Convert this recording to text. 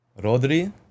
Rodri